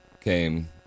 came